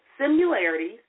similarities